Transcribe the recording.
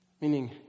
Meaning